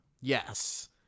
yes